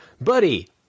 Buddy